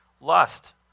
Lust